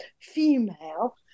female